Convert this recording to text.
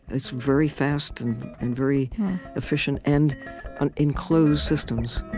it's very fast and and very efficient, and and in closed systems